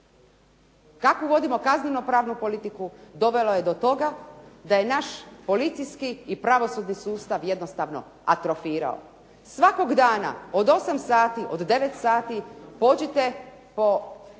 Kako vodimo kazneno pravnu politiku dovelo je do toga da je naš policijski i pravosudni sustav jednostavno atrofirao. Svakog dana od 8 sati, od 9 sati pođite po